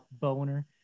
Boner